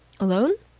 alone?